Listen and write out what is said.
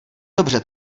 dobře